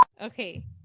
okay